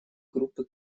группы